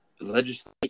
legislation